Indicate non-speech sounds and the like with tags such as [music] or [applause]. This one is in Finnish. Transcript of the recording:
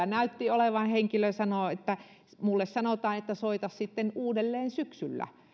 [unintelligible] näytti olevan henkilö joka sanoi että mulle sanotaan että soita sitten uudelleen syksyllä